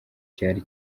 cyari